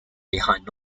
behind